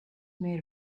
made